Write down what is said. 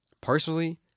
personally